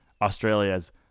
Australia's